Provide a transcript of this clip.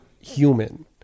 human